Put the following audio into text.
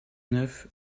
neuf